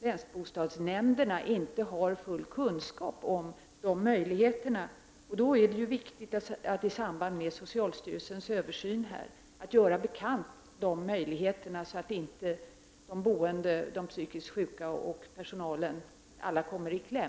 länsbostadsnämnderna inte har full kunskap om dessa möjligheter. Det är därför viktigt att man i samband med socialstyrelsens översyn informerar om dessa möjligheter, så att de boende, de psykiskt sjuka, och personalen inte kommer i kläm.